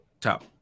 top